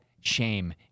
shame